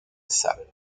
sales